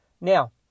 Now